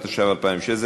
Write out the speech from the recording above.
התשע"ו 2016,